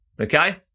Okay